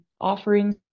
offerings